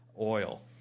oil